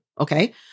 Okay